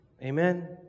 Amen